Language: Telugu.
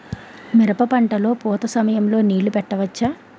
మిరప పంట లొ పూత సమయం లొ నీళ్ళు పెట్టవచ్చా?